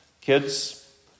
kids